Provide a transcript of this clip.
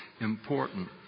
important